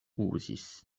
uzis